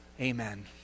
Amen